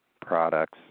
products